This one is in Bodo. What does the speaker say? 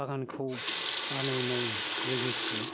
बागानखौ बानायनाय लोगोसे